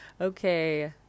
Okay